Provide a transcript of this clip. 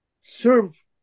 serve